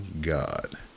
God